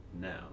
now